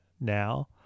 now